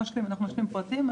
נשלים פרטים.